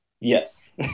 Yes